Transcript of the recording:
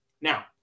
Now